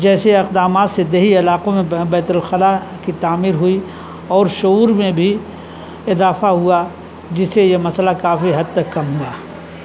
جیسے اقدامات سے دیہی علاقوں میں بیت الخلاء کی تعمیر ہوئی اور شعور میں بھی اضافہ ہوا جس سے یہ مسئلہ کافی حد تک کم ہوا